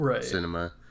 cinema